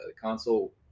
console